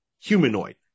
humanoid